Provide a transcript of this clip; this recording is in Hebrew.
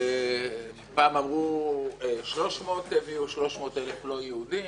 פעם אמרו 300 - הביאו 300,000 לא יהודים.